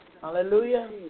Hallelujah